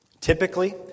Typically